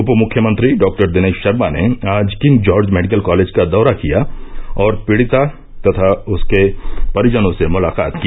उप मुख्यमंत्री डॉक्टर दिनेश शर्मा ने आज किंग जॉर्ज मेडिकल कॉलेज का दौरा किया और पीड़िता तथा उनके परिजनों से मुलाकात की